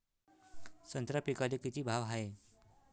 संत्रा पिकाले किती भाव हाये?